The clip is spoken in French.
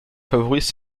favorise